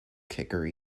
kicker